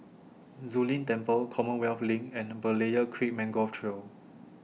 Zu Lin Temple Commonwealth LINK and Berlayer Creek Mangrove Trail